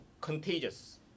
Contagious